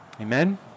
Amen